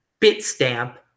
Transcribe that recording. Bitstamp